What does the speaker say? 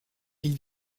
ils